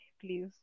please